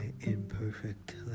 imperfect